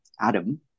Adam